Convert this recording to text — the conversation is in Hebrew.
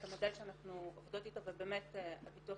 את המודל שאנחנו עובדות איתו ובאמת הביטוח